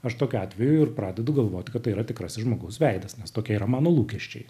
aš tokiu atveju ir pradedu galvoti kad tai yra tikrasis žmogaus veidas nes tokie yra mano lūkesčiai